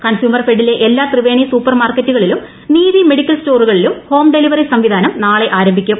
കൺസ്യൂമർഫെഡിലെ എല്ലാ ത്രിവേണി സൂപ്പർ മാർക്കറ്റു കളിലും നീതി മെഡിക്കൽ സ്റ്റോറുകളിലും ഹോം ഡെലിവറി സംവിധാനം നാളെ ആരംഭിക്കും